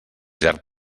llarg